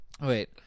wait